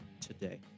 today